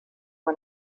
one